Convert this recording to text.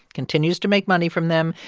continues to make money from them,